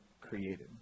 created